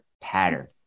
pattern